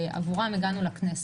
ועבורם הגענו לכנסת.